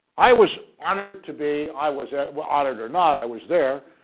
i was honored to be, i was was honored or not. i was there.